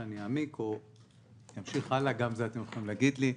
שאני אעמיק או אמשיך הלאה גם את זה אתם יכולים להגיד לי.